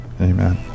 amen